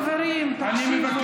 תקשיבו, חברים, תקשיבו.